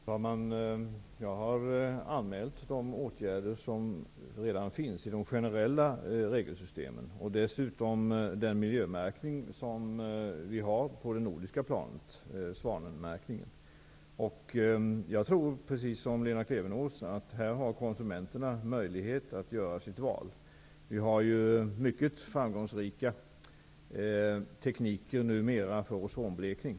Herr talman! Jag har anmält de åtgärder som redan vidtagits inom ramen för de generella regelsystemen och dessutom pekat på den miljömärkning som vi har på det nordiska planet, svanen. Jag tror, precis som Lena Klevenås, att konsumenterna här har möjlighet att göra sitt val. Vi har numera mycket framgångsrika tekniker för bl.a. ozonblekning.